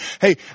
Hey